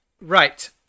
Right